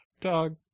dog